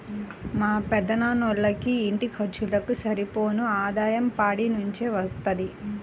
మా పెదనాన్నోళ్ళకి ఇంటి ఖర్చులకు సరిపోను ఆదాయం పాడి నుంచే వత్తది